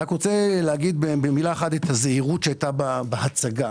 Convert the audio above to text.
אני רוצה לומר במילה אחת את הזהירות שהייתה בהצגה.